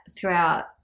throughout